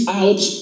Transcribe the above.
out